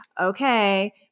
okay